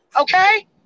okay